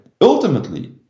ultimately